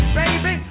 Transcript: baby